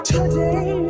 Today